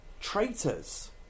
traitors